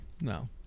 no